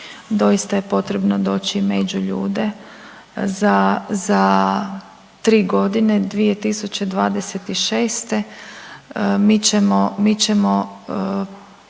doista je potrebno doći među ljude za tri godine 2026. mi ćemo